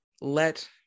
let